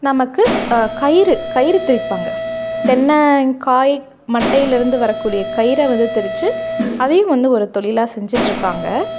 நமக்கு கயிறு கயிறு திரிப்பாங்க தென்னங்காய் மட்டைலிருந்து வரக்கூடிய கயிறை வந்து திரித்து அதையும் வந்து ஒரு தொழிலா செஞ்சுட்ருக்காங்க